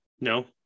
no